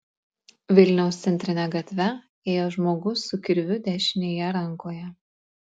vilniaus centrine gatve ėjo žmogus su kirviu dešinėje rankoje